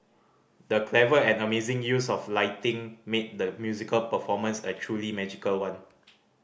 the clever and amazing use of lighting made the musical performance a truly magical one